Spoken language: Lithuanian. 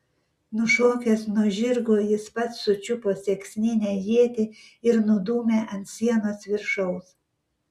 nušokęs nuo žirgo jis pats sučiupo sieksninę ietį ir nudūmė ant sienos viršaus